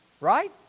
Right